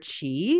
chi